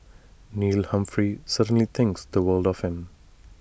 Neil Humphrey certainly thinks the world of him